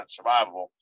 survivable